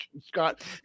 Scott